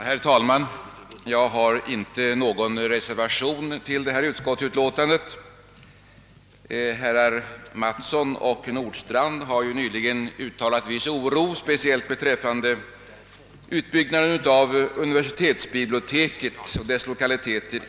Herr talman! Jag har inte någon reservation till detta utskottsutlåtande. Herrar Mattsson och Nordstrandh har nyss uttalat viss oro speciellt beträffande utbyggnaden av Göteborgs universitetsbiblioteks lokaliteter.